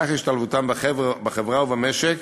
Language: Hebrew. כך השתלבותם בחברה ובמשק